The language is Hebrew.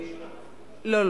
לא,